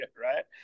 right